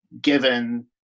given